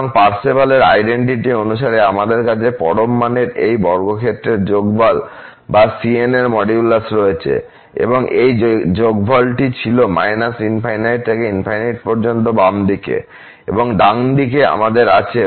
সুতরাং পার্সেভালের identity Parseval's identity অনুসারে আমাদের কাছে পরম মানের এই বর্গক্ষেত্রের যোগফল বা cn এর মডুলাস রয়েছে এবং এই যোগফলটি ছিল −∞ থেকে ∞ পর্যন্ত বাম দিকে এবং ডান দিকে আমাদের আছে